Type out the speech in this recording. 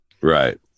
Right